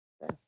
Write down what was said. Yes